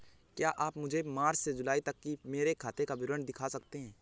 क्या आप मुझे मार्च से जूलाई तक की मेरे खाता का विवरण दिखा सकते हैं?